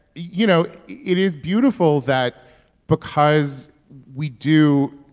you know, it is beautiful that because we do,